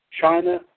China